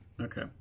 Okay